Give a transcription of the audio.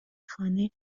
خانه